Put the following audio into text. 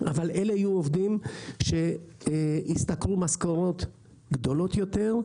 אבל אלה יהיו עובדים שישתכרו במשכורות גדולות יותר,